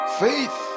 faith